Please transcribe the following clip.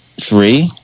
three